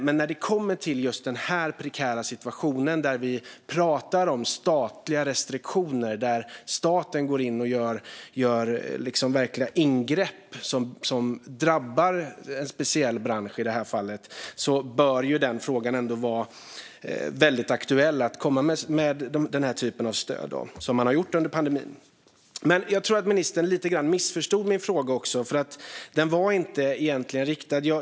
Men när det kommer till just denna prekära situation, där vi pratar om statliga restriktioner där staten går in och gör verkliga ingrepp som drabbar en speciell bransch i detta fall, bör det ändå vara väldigt aktuellt att komma med den typ av stöd som man har gjort under pandemin. Men jag tror att ministern lite grann missförstod min fråga.